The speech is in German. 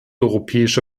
europäische